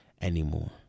anymore